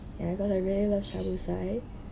and I got a really love shabushi